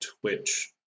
Twitch